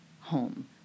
home